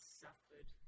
suffered